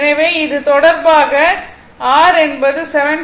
எனவே இது தொடர்பாக r என்பது 7